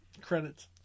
Credits